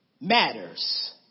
matters